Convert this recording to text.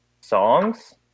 songs